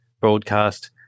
broadcast